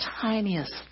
tiniest